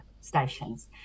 stations